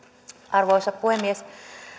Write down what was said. arvoisa puhemies